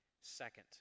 Second